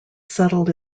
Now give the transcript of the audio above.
settled